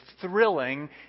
thrilling